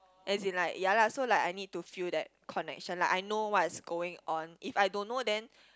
as in like ya lah so like I need to feel that connection lah I know what is going on if I don't know then